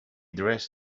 dress